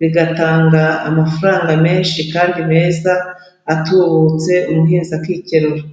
bigatanga amafaranga menshi kandi meza atubutse umuhinzi akikenura.